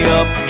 up